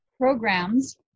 programs